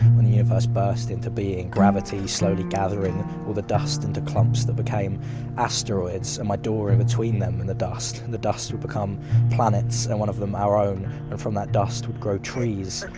when the universe burst into being, gravity slowly gathering all the dust into clumps that became asteroids, and my door in between them and the dust, and the dust will become planets, and one of them our own, and from that dust would grow trees.